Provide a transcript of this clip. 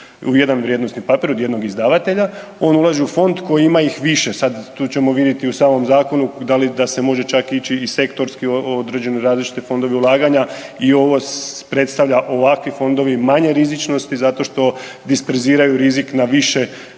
u jedan vrijednosni papir od jednog izdavatelja on ulazi u fond koji ima ih više. Sad tu ćemo vidjeti u samom zakonu da li da se može čak ići i sektorski određeni različiti fondovi ulaganja i ovo predstavlja ovakvi fondovi manje rizičnosti zato što disperziraju rizik na više različitih